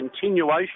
continuation